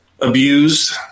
abused